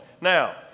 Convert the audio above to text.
Now